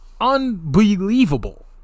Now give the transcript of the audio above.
unbelievable